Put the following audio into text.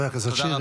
תודה.